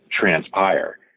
transpire